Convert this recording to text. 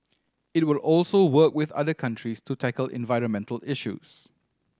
it will also work with other countries to tackle environmental issues